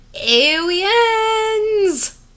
ALIENS